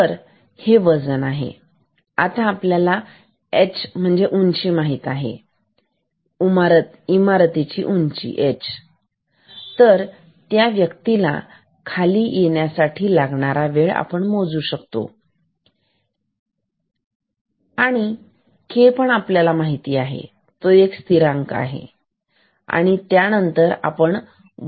तर हे वजन आहे आता h माहित आहे म्हणजे आपल्या इमारतीची उंची आहे त्या व्यक्तीला खाली येण्यासाठी लागणारा वेळ आपण मोजू शकतो आणि k के पण आपल्याला माहिती पाहिजे म्हणजे स्थिरांक आपल्याला माहीत पाहिजे आणि त्यानंतर मग तुम्ही वजन मोजू शकता